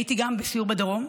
הייתי גם בסיור בדרום.